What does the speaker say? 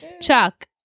chuck